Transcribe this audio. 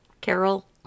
Carol